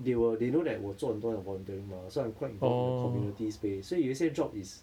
they will they know that 我做很多那种 volunteering mah so I'm quite involved in the community space 所以有一些 job is